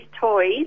toys